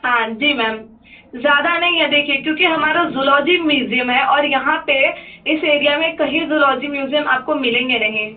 हाँ जी मैम ज़्यादा नहीं है देखिए क्योंकि हमारा ज़ूलॉजी म्यूज़ियम है और यहाँ पर इस एरिया में कहीं ज़ूलॉजी म्यूज़ियम आपको मिलेंगे नहीं